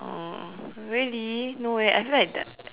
uh really no eh I feel like the